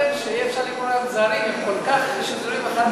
אי-אפשר לקרוא להם "זרים" כל כך שזורים האחד בשני,